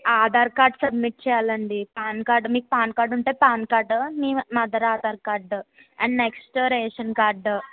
Aadhaar card submit చేయాలండీ PAN card మీకు PAN card ఉంటే PAN card mother Aadhaar card and next ration card